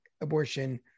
abortion